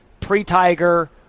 pre-Tiger